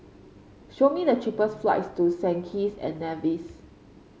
show me the cheapest flights to Saint Kitts and Nevis